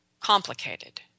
complicated